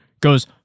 goes